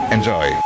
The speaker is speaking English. Enjoy